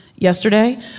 yesterday